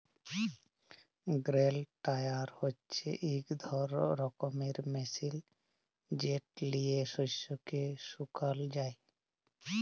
grain dryer হছে ইক রকমের মেশিল যেট লিঁয়ে শস্যকে শুকাল যায়